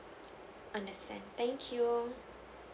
understand thank you